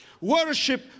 Worship